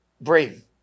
brave